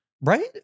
right